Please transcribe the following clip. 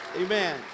Amen